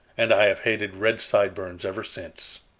and i have hated red sideburns ever since.